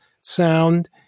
sound